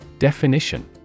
Definition